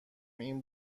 این